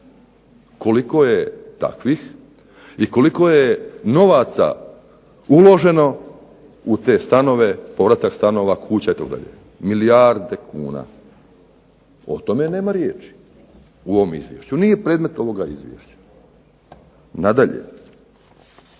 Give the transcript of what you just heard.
Koliko je takvih i koliko je novaca uloženo u te stanove, povratak stanova, kuća itd. milijarde kuna. O tome nema riječi u ovome izvješću. Nije predmet ovog izvješća. Nadalje,